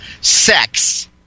sex